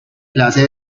clase